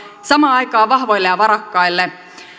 samaan aikaan vahvoille ja varakkaille